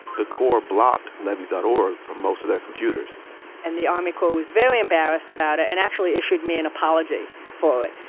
the corps blocked levees dot org from most of their computers and the army corps was very embarrassed about it and actually issued me an apology for it.